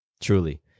truly